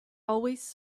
always